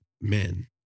men